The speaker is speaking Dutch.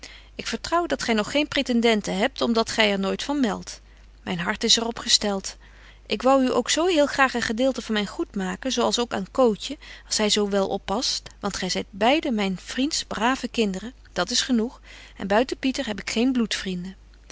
ik vertrouw dat gy nog geen pretendenten hebt om dat gy er nooit van meldt myn hart is er op gestelt ik wou u ook zo heel graag een gedeelte van myn goed maken zo als ook aan cootje als hy zo wel oppast want gy zyt beide myn vriends brave kinderen dat is genoeg en buiten pieter heb ik geen